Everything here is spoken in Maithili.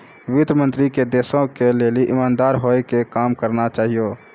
वित्त मन्त्री के देश के लेली इमानदार होइ के काम करना चाहियो